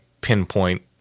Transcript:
pinpoint